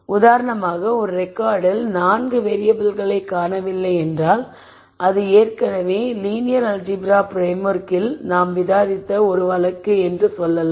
உதாரணமாக ஒரு ரெக்கார்ட்டில் 4 வேறியபிள்கள் காணவில்லை என்றால் அது ஏற்கனவே லீனியர் அல்ஜீப்ரா பிரேம்ஓர்க்கில் நாம் விவாதித்த ஒரு வழக்கு என்று சொல்லலாம்